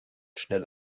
schnell